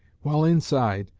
while inside,